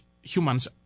humans